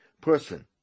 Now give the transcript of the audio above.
person